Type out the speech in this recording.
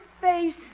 Face